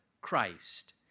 Christ